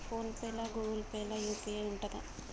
Phone pay లా Google Pay లా UPI ఉంటదా?